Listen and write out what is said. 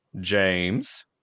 James